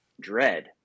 dread